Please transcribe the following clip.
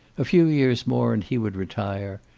a few years more and he would retire.